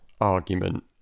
argument